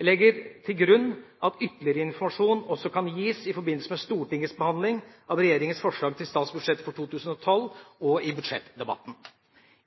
Jeg legger til grunn at ytterligere informasjon også kan gis i forbindelse med Stortingets behandling av regjeringas forslag til statsbudsjett for 2012 og i budsjettdebatten.